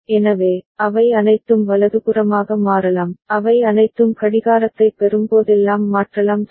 எனவே அவை அனைத்தும் வலதுபுறமாக மாறலாம் அவை அனைத்தும் கடிகாரத்தைப் பெறும்போதெல்லாம் மாற்றலாம் சரி